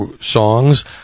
songs